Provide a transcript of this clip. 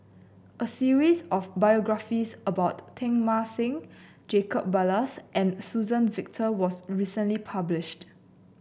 a series of biographies about Teng Mah Seng Jacob Ballas and Suzann Victor was recently published